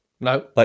No